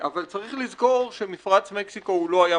אבל צריך לזכור שמפרץ מקסיקו הוא לא הים